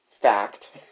Fact